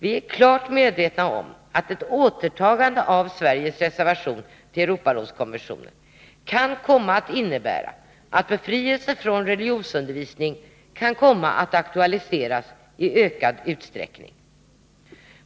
Vi är klart medvetna om att ett återtagande av Sveriges reservation till Europarådskonventionen kan komma att innebära att befrielse från religionsundervisning kan komma att aktualiseras i ökad utsträckning.